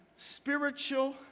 Spiritual